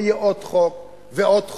זה יהיה עוד חוק ועוד חוק.